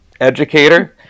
educator